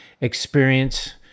experience